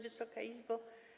Wysoka Izbo!